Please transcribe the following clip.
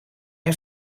een